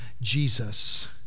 Jesus